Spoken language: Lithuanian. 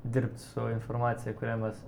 dirbt su informacija kurią mes